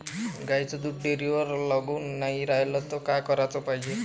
गाईचं दूध डेअरीवर लागून नाई रायलं त का कराच पायजे?